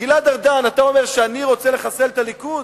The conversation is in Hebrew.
גלעד ארדן, אתה אומר שאני רוצה לחסל את הליכוד?